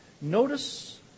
Notice